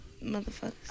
Motherfuckers